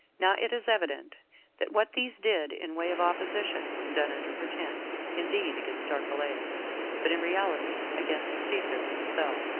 now it is evident that what these did in way of opposition was done under pretense, indeed, against archelaus, but in reality against caesar himself,